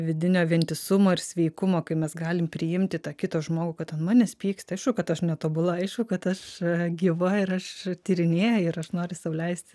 vidinio vientisumo ir sveikumo kai mes galim priimti tą kitą žmogų kad ant manęs pyksta kad aš netobula aišku kad aš gyva ir aš tyrinėju ir aš noriu sau leist